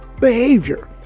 behavior